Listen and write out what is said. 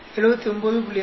6 3 79